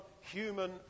human